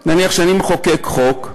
נניח שאני מחוקק חוק,